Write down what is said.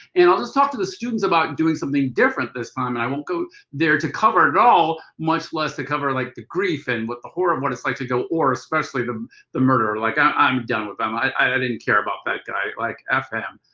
and i'll just talk to the students about doing something different this time. and i won't go there to cover it at all, much less to cover like the grief and what the horror of what it's like to go or especially the murder. like i'm i'm done with them. i didn't care about that guy, like f them.